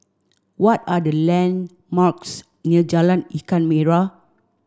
what are the landmarks near Jalan Ikan Merah